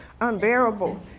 unbearable